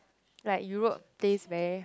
like Europe place there